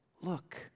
Look